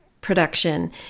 production